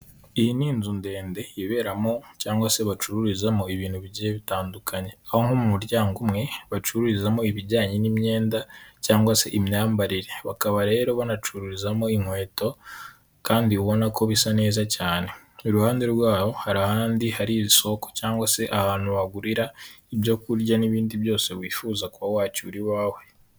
Iyi ni inzu ndende iberamo cyangwa se bacururizamo ibintu bigiye bitandukanye aho nko mu muryango umwe, bacururizamo ibijyanye n'imyenda cyangwa se imyambarire, bakaba rero banacururizamo inkweto kandi ubona ko bisa neza cyane, iruhande rwaho hari ahandi hari isoko cyangwa se ahantu wagurira ibyo kurya n'ibindi byose wifuza kuba wacyura iwawe.